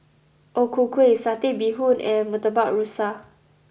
O Ku Kueh Satay Bee Hoon and Murtabak Rusa